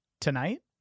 Tonight